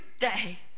day